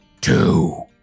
two